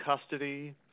custody